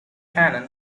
hannah